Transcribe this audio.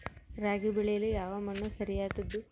ರಾಗಿ ಬೆಳೆಯಲು ಯಾವ ಮಣ್ಣು ಸರಿಯಾದದ್ದು?